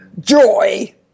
Joy